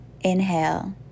Inhale